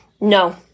No